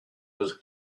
was